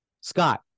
Scott